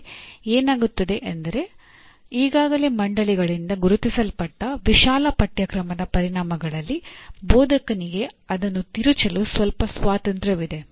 ಇಲ್ಲಿ ಏನಾಗುತ್ತದೆ ಅಂದರೆ ಈಗಾಗಲೇ ಮಂಡಳಿಗಳಿಂದ ಗುರುತಿಸಲ್ಪಟ್ಟ ವಿಶಾಲ ಪಠ್ಯಕ್ರಮದ ಪರಿಣಾಮಗಳಲ್ಲಿ ಬೋಧಕನಿಗೆ ಅದನ್ನು ತಿರುಚಲು ಸ್ವಲ್ಪ ಸ್ವಾತಂತ್ರ್ಯವಿದೆ